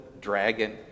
dragon